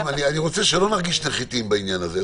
רוצה שלא נרגיש נחותים בעניין הזה.